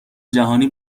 جهانی